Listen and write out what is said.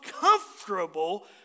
comfortable